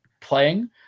playing